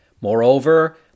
Moreover